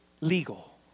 legal